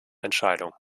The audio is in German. entscheidung